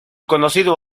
conocido